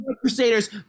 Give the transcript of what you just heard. Crusaders